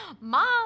Mom